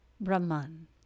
Brahman